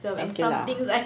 okay lah